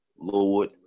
Lord